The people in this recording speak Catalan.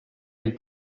amb